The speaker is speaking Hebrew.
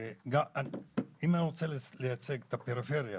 אם אני רוצה לייצג את הפריפריה,